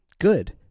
good